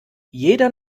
jeder